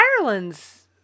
Ireland's